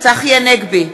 צחי הנגבי,